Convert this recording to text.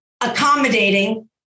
accommodating